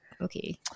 Okay